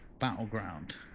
battleground